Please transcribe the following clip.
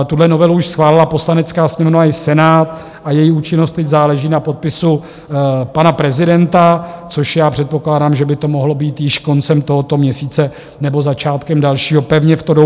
Tuhle novelu už schválila Poslanecká sněmovna i Senát a její účinnost teď záleží na podpisu pana prezidenta, což já předpokládám, že by to mohlo být již koncem tohoto měsíce nebo začátkem dalšího, pevně v to doufám.